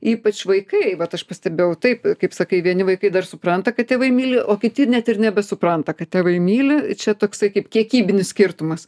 ypač vaikai bet aš pastebėjau taip kaip sakai vieni vaikai dar supranta kad tėvai myli o kiti net ir nebesupranta kad tėvai myli čia toksai kaip kiekybinis skirtumas